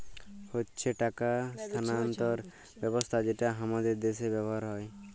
হচ্যে টাকা স্থানান্তর ব্যবস্থা যেটা হামাদের দ্যাশে ব্যবহার হ্যয়